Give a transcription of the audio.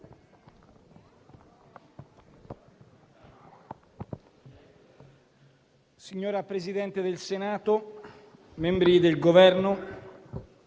Signor Presidente del Senato, membri del Governo,